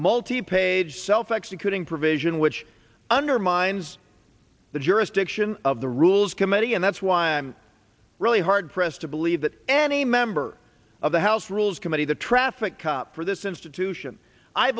multi page self executing provision which undermines the jurisdiction of the rules committee and that's why i'm really hard pressed to believe that any member of the house rules committee the traffic cop for this institution i